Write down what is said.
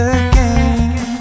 again